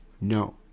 No